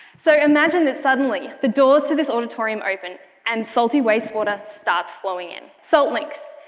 so imagine that suddenly the doors to this auditorium open and salty wastewater starts flowing in. salt links,